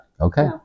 okay